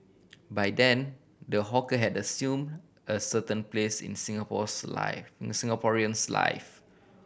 by then the hawker had assume a certain place in Singapore's life in Singaporean's life